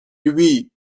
lui